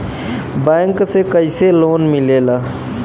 Bank से कइसे loan मिलेला?